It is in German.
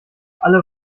alle